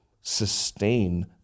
sustain